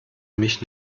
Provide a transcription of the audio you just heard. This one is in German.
mich